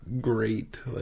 great